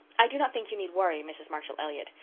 i do not think you need worry, mrs. marshall elliott,